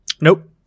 Nope